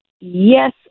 yes